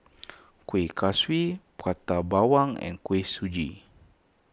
Kueh Kaswi Prata Bawang and Kuih Suji